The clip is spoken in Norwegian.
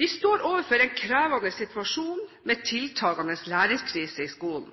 Vi står overfor en krevende situasjon med tiltagende lærerkrise i skolen,